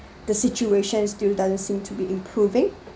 the situation still doesn't seem to be improving